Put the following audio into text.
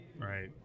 Right